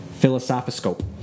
philosophoscope